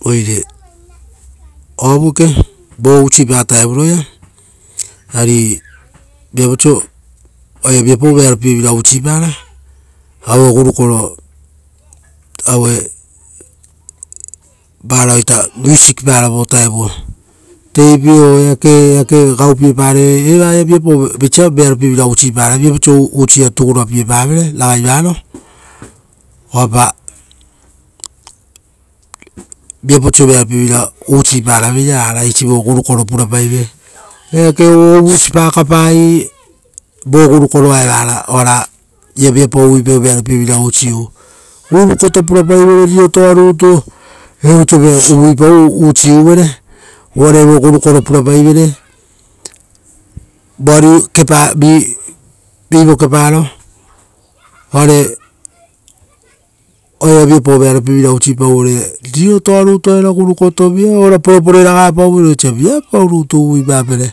Oire oavu, vo usipa vutaroia taevuro ari viapau oiso oaia viapau so vearo pievira usipara, aue gurukoro, aue, varao music para vovutaoia, tape o eake gaupie parevere evaia viapau oiso veropievira usiparaveira. viapau oiso usia tugura piapavere ragai varo, oapa viapau oiso vearopie vira usipara veira rara eisi vogurukoro purapaive. Eake ovu, voguru koro aevara ora ia viapau uvuipau ra vearo pievira usiu-u. Gurukoto purapai vere rirotoa rutu, viapau oiso uruipau ra usiuvere, uvare evo gurukoro purapaivere. Voari kepaa vi vo kepa-a ro, oare, oa iava viapau vearo pievira usipau vere uvare riro toa rutu aera gurukoto, ora porepore raga pauvere osa viapau rutu uvuipa pere,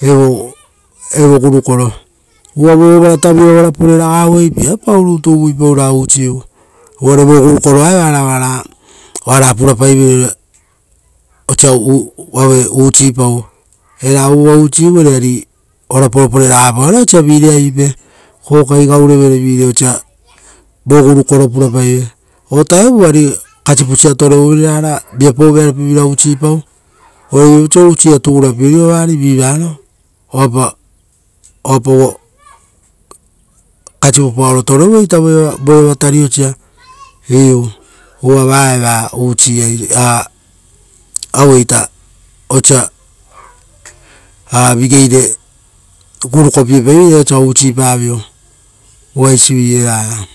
evo gurukoro. Uvarata vu ia ora poreraga uei viapai rutu uvuipau usiu uvare vo gurukoroa evara oara oara purapaivere osa ave usipau. Era ovuva ari ora parepore ragapaura osa vire avipe, kokai gaurevere viree osa vo gurukoro pura paive o taem vutavu ari kasipusa tereuvere rara viapau vero pievira usipau, uvare viapau oiso usia tugura pierivo vari vi varo. oape- oapa kasipu paoro toreuei ita voeava tariosa. Iu uva vaeva aueita osa vigiere guroko pie paivera osa usipavio. Uva eisivi eva eva.